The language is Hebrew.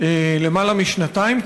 למעלה משנתיים,